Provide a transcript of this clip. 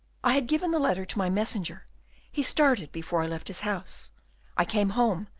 i had given the letter to my messenger he started before i left his house i came home,